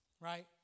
right